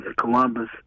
Columbus